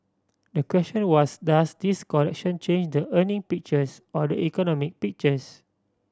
the question was does this correction change the earning pictures or the economic pictures